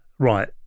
Right